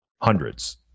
Hundreds